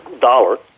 dollar